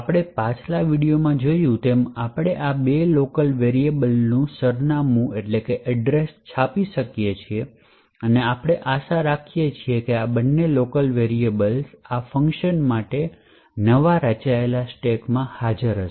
આપણે પાછલા વિડિઓમાં જોયું છે તેમ આપણે આ બે લોકલ વેરિયબ્લેસનું સરનામું છાપી શકીએ છીએ અને આપણે આશા રાખીએ છીએ કે આ બંને લોકલ વેરિયબ્લેસ આ ફંકશન માટે નવા રચાયેલા સ્ટેક્સમાં હાજર હશે